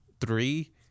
three